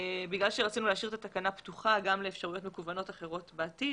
בגלל שרצינו להגיש את התקנה פתוחה גם לאפשרויות מקוונות אחרות בעתיד,